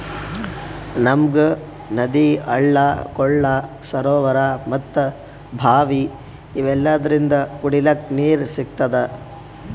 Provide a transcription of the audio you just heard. ನಮ್ಗ್ ನದಿ ಹಳ್ಳ ಕೊಳ್ಳ ಸರೋವರಾ ಮತ್ತ್ ಭಾವಿ ಇವೆಲ್ಲದ್ರಿಂದ್ ಕುಡಿಲಿಕ್ಕ್ ನೀರ್ ಸಿಗ್ತದ